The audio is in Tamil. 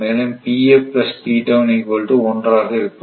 மேலும் ஆக இருக்கும்